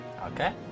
Okay